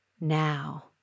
now